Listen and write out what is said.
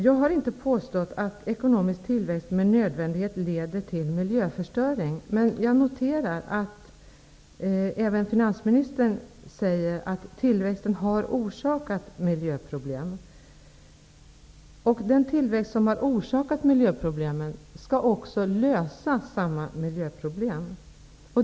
Jag har inte påstått att ekonomisk tillväxt med nödvändighet leder till miljöförstöring. Men jag noterar att även finansministern säger att tillväxten har orsakat miljöproblem. Den tillväxt som orsakat miljöproblemen skall också lösa dessa.